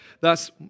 thus